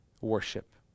worship